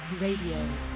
Radio